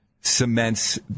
cements